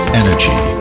energy